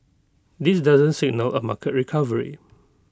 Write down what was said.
this doesn't signal A market recovery